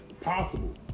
Possible